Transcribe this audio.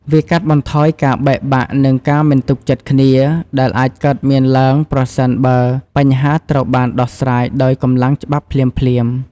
វាកាត់បន្ថយការបែកបាក់ និងការមិនទុកចិត្តគ្នា ដែលអាចកើតមានឡើងប្រសិនបើបញ្ហាត្រូវបានដោះស្រាយដោយកម្លាំងច្បាប់ភ្លាមៗ។